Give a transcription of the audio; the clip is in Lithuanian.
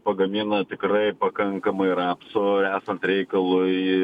pagamina tikrai pakankamai rapsų esant reikalui